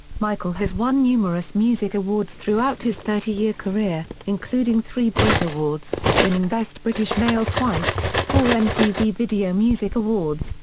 michael has won numerous music awards throughout his thirty year career, including three brit awards winning best british male twice, four mtv video music awards,